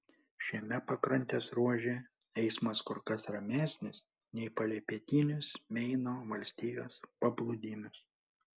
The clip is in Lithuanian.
šiame pakrantės ruože eismas kur kas ramesnis nei palei pietinius meino valstijos paplūdimius